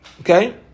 Okay